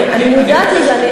אני מודעת לזה,